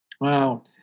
Wow